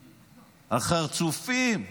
החרצופים.